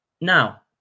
now